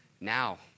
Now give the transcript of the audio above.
Now